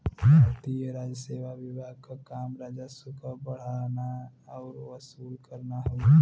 भारतीय राजसेवा विभाग क काम राजस्व क बढ़ाना आउर वसूल करना हउवे